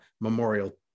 memorial